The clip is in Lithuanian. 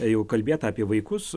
jau kalbėta apie vaikus